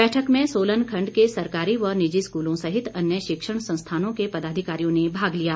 बैठक में सोलन खंड के सरकारी व निजी स्कूलों सहित अन्य शिक्षण संस्थानों के पदाधिकारियों ने भाग लिया